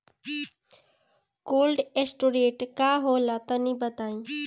Cold storage का होला तनि बताई?